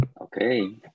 Okay